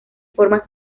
formas